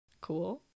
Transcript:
Cool